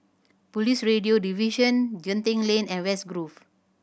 Police Radio Division Genting Lane and West Grove